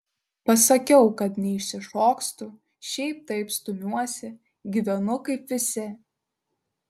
pasakiau kad neišsišokstu šiaip taip stumiuosi gyvenu kaip visi